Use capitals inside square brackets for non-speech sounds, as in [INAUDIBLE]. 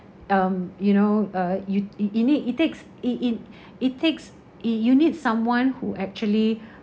um you know uh you you you need it takes it it [BREATH] it takes it you need someone who actually